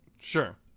sure